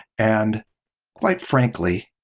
and quite frankly,